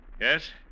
Yes